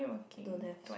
don't have